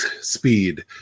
speed